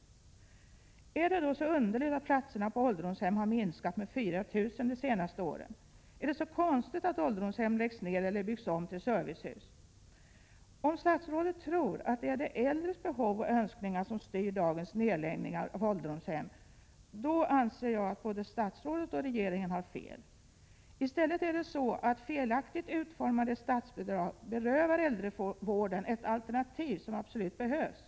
Är det då så underligt att antalet platser på ålderdomshem har minskat med 4 000 de senaste åren? Är det så konstigt att ålderdomshem läggs ner eller byggs om till servicehus? Om statsrådet tror att det är de äldres behov och önskningar som styr dagens nedläggningar av ålderdomshem, då anser jag att både statsrådet och regeringen har fel. I stället är det så att felaktigt utformade statsbidrag berövar äldrevården ett alternativ som absolut behövs.